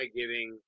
giving